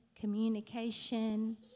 communication